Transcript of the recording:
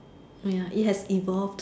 ya it has evolved